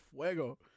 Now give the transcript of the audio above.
fuego